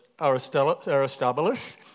Aristobulus